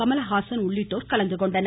கமல ஹாசன் உள்ளிட்டோர் கலந்துகொண்டனர்